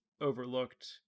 overlooked